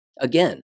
Again